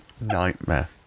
Nightmare